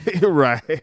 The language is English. Right